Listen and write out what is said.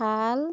খাল